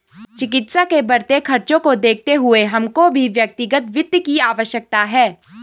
चिकित्सा के बढ़ते खर्चों को देखते हुए हमको भी व्यक्तिगत वित्त की आवश्यकता है